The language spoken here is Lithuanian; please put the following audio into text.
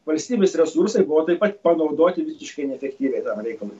valstybės resursai buvo taip pat panaudoti visiškai neefektyviai tam reikalui